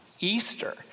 Easter